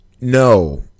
No